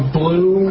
blue